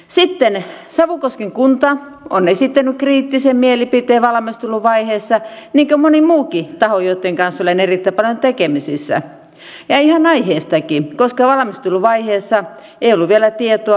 sitten savukosken kunta on esittänyt kriittisen mielipiteen valmisteluvaiheessa niin kuin moni muukin taho joitten kanssa olen erittäin paljon tekemisissä ja ihan aiheestakin koska valmisteluvaiheessa ei ollut vielä tietoa